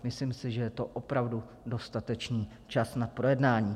Myslím si, že je to opravdu dostatečný čas na projednání.